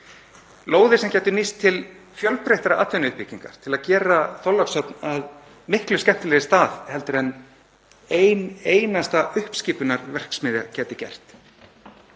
lóðir sem gætu nýst til fjölbreyttari atvinnuuppbyggingar til að gera Þorlákshöfn að miklu skemmtilegri stað heldur en ein einasta uppskipunarverksmiðja gæti gert.